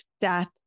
death